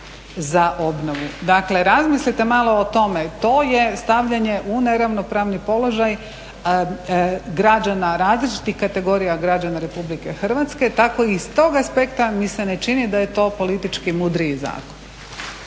za obnovu. Dakle razmislite malo o tome, to je stavljanje u neravnopravni položaj građana, različitih kategorija građana Republike Hrvatske. Tako i s tog aspekta mi se ne čini da je to politički mudriji zakon.